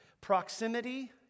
Proximity